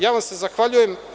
Ja vam se zahvaljujem.